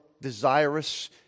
desirous